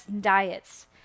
diets